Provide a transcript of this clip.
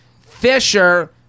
Fisher